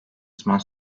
zaman